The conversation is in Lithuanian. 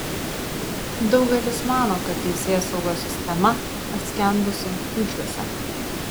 daugelis mano kad teisėsaugos sistema paskendusi kyšiuose